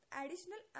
additional